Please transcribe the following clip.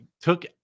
took